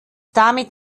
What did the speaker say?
damit